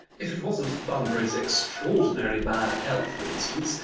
if it wasn't for bunbury's extraordinary bad health, for instance,